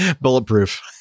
Bulletproof